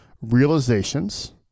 realizations